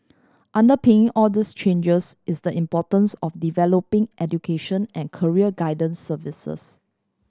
underping all these changes is the importance of developing education and career guidance services